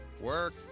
work